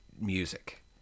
music